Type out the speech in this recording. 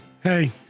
Hey